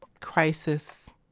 crisis